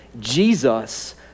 Jesus